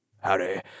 harry